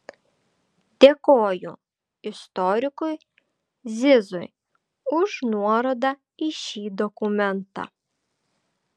dėkoju istorikui zizui už nuorodą į šį dokumentą